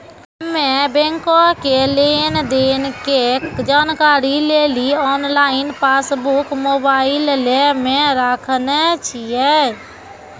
हम्मे बैंको के लेन देन के जानकारी लेली आनलाइन पासबुक मोबाइले मे राखने छिए